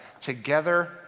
together